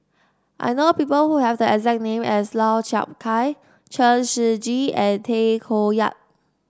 I know people who have the exact name as Lau Chiap Khai Chen Shiji and Tay Koh Yat